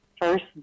first